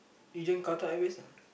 you join Qatar-Airways lah